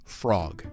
frog